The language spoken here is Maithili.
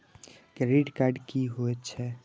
क्रेडिट कार्ड की होय छै?